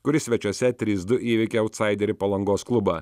kuri svečiuose trys du įveikė autsaiderį palangos klubą